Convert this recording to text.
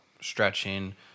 stretching